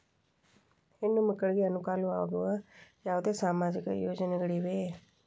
ಹೆಣ್ಣು ಮಕ್ಕಳಿಗೆ ಅನುಕೂಲವಾಗುವ ಯಾವುದೇ ಸಾಮಾಜಿಕ ಯೋಜನೆಗಳಿವೆಯೇ?